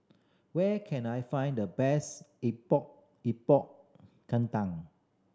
where can I find the best Epok Epok Kentang